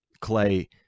Clay